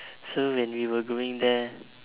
so when we were going there